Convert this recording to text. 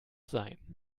sein